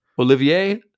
Olivier